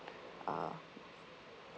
uh